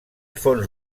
fons